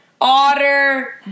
otter